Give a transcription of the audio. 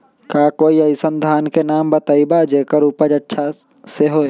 का कोई अइसन धान के नाम बताएब जेकर उपज अच्छा से होय?